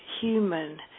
human